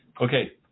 okay